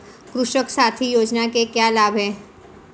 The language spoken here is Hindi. कृषक साथी योजना के क्या लाभ हैं?